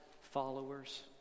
followers